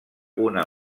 una